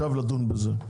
עבורנו.